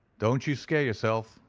don't you scare yourself,